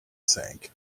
sank